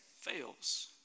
fails